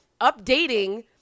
updating